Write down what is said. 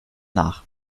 nach